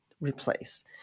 replace